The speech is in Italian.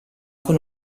con